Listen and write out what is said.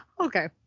Okay